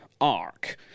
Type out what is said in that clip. arc